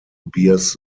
bears